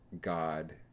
God